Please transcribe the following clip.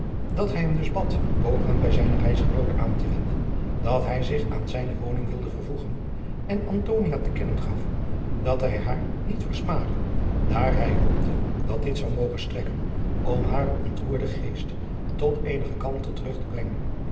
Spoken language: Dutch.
dat hij hem dus bad pogingen bij zijnen reisgenoot aan te wenden dat hij zich aan zijne woning wilde vervoegen en antonia te kennen gaf dat hij haar niet versmaadde daar hij hoopte dat dit zou mogen strekken om haren ontroerden geest tot eenige kalmte terug te brengen